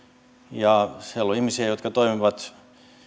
ja siellä on ihmisiä jotka toimivat